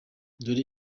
dore